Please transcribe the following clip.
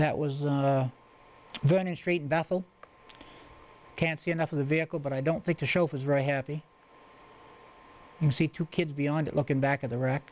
that was vernon street battle i can't see enough of the vehicle but i don't think the show was very happy to see two kids beyond it looking back at the wreck